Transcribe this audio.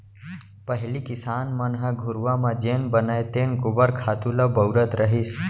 पहिली किसान मन ह घुरूवा म जेन बनय तेन गोबर खातू ल बउरत रहिस